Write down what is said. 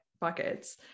buckets